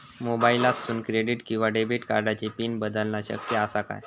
मोबाईलातसून क्रेडिट किवा डेबिट कार्डची पिन बदलना शक्य आसा काय?